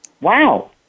Wow